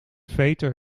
veter